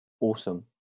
Awesome